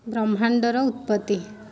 ବ୍ରହ୍ମାଣ୍ଡର ଉତ୍ପତ୍ତି